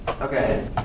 Okay